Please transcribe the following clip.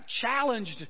challenged